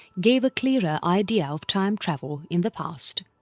gave a clearer idea of time travel in the past.